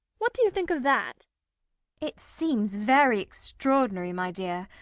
what do you think of that it seems very extraordinary, my dear.